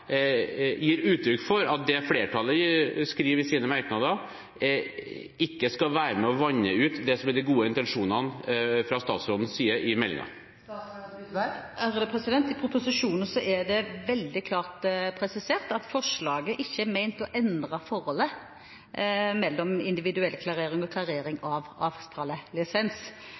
gir uttrykk for at det flertallet skriver i sine merknader, ikke skal være med og vanne ut det som fra statsrådens side er de gode intensjonene i meldingen. I proposisjonen er det veldig klart presisert at forslaget ikke er ment å endre forholdet mellom individuell klarering og klarering